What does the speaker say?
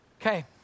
Okay